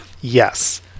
Yes